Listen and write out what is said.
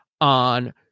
on